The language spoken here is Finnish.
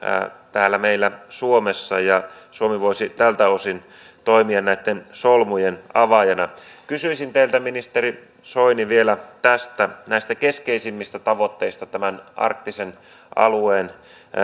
täällä meillä suomessa ja suomi voisi tältä osin toimia solmujen avaajana kysyisin teiltä ministeri soini vielä näistä keskeisimmistä tavoitteista arktisen alueen